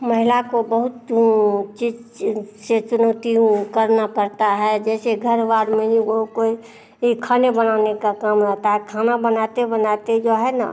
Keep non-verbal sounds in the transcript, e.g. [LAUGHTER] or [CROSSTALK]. महिला को बहुत चीज से चुनौती ऊ करना पड़ता है जैसे घर वार में [UNINTELLIGIBLE] कोई ये खाने बनाने का काम रहता है खाना बनाते बनाते जो है ना